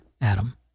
Adam